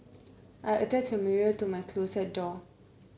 I attached a mirror to my closet door